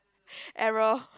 error